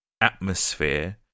atmosphere